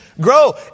grow